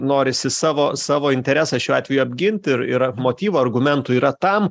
norisi savo savo interesą šiuo atveju apgint ir yra motyvų argumentų yra tam